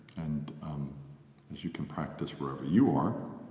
and as you can practice wherever you are